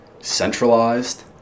centralized